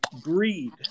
greed